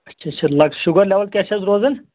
اچھا اچھا sugar level کیٛاہ چھس روزان